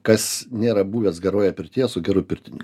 kas nėra buvęs geroje pirtyje su geru pirkiniu